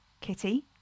Kitty